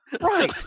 Right